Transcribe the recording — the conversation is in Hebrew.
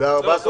10